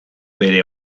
bere